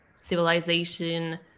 civilization